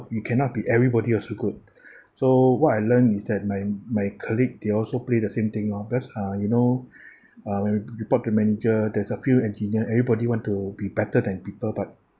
you cannot be everybody also good so what I learned is that my my colleague they also play the same thing lor because uh you know uh when re~ report the manager there's a few engineer everybody want to be better than people but